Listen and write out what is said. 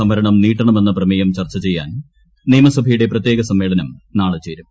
സംവരണം നീട്ടണമെന്ന് പ്രമേയം ചർച്ച ചെയ്യാൻ നിയമസഭയുടെ പ്രിയ്യേക സമ്മേളനം നാളെ ചേരും